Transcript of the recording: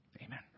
Amen